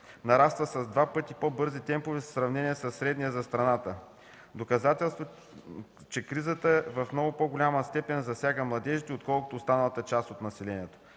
нараства с два пъти по-бързи темпове в сравнение със средния за страната, доказателство че кризата в много по-голяма степен засяга младежите, отколкото останалата част от населението.